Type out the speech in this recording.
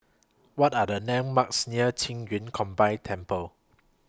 What Are The landmarks near Qing Yun Combined Temple